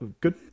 good